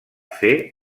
fer